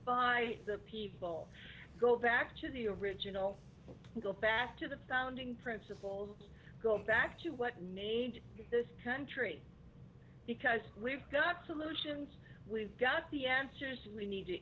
by the people go back to the original go back to the founding principles go back to what made this country because we've got solutions we've got the answers and we need to